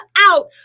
out